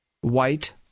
White